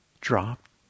dropped